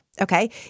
Okay